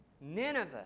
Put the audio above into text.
Nineveh